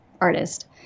artist